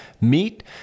meet